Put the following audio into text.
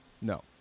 No